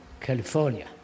California